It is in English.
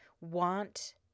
want